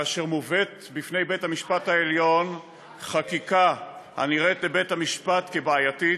כאשר מובאת בפני בית המשפט העליון חקיקה הנראית בבית המשפט בעייתית,